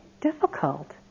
difficult